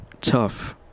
tough